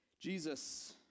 Jesus